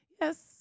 yes